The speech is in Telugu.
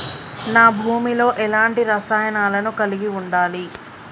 నా భూమి లో ఎలాంటి రసాయనాలను కలిగి ఉండాలి?